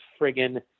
friggin